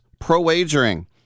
pro-wagering